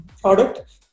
product